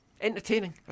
Entertaining